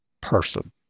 person